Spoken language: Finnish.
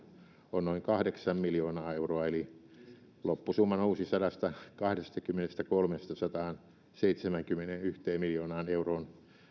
on noin kahdeksan miljoonaa euroa eli loppusumma nousi sadastakahdestakymmenestäkolmesta miljoonasta sataanseitsemäänkymmeneenyhteen miljoonaan euroon